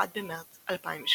1 במרץ 2008